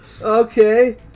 Okay